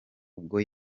ubwo